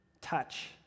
touch